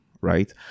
right